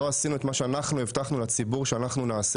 לא עשינו את מה שהבטחנו לציבור שנעשה,